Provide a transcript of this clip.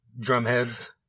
drumheads